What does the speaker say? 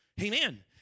Amen